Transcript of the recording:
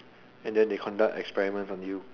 and then they conduct experiments on you